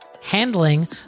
handling